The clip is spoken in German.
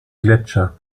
gletscher